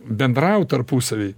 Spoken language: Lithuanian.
bendraut tarpusavy